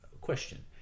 Question